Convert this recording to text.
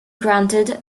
granted